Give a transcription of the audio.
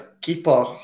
keeper